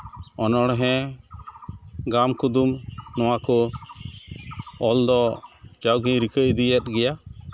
ᱚᱱᱚᱬᱦᱮᱸ ᱜᱟᱢ ᱠᱩᱫᱩᱢ ᱱᱚᱣᱟᱠᱚ ᱚᱞ ᱫᱚ ᱡᱟᱣᱜᱮᱧ ᱨᱤᱠᱟᱹ ᱤᱫᱤᱭᱮᱫ ᱜᱮᱭᱟ